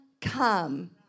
come